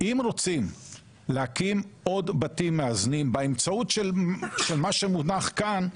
אם רוצם להקים עוד בתים מאזנים באמצעות של מה שמונח כאן,